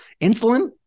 Insulin